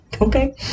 okay